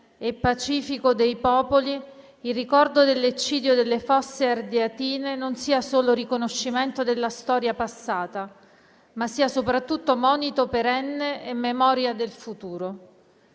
e pacifico dei popoli, il ricordo dell'eccidio delle Fosse Ardeatine sia non solo riconoscimento della storia passata, ma sia soprattutto monito perenne e memoria del futuro.